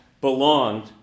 belonged